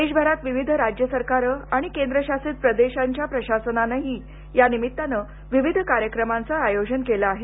देशभरात विविध राज्य सरकारं आणि केंद्रशासित प्रदेशांच्या प्रशासनानंही यानिमित्तानं विविध कार्यक्रमांचं आयोजन केलं आहे